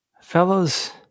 Fellows